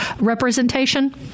representation